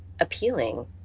appealing